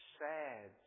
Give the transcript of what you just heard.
sad